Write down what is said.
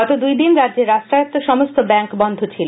গত দুই দিন রাজ্যের রাষ্ট্রায়ত্ব সমস্ত ব্যাংক বন্ধ ছিল